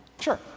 Sure